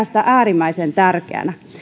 sitä äärimmäisen tärkeänä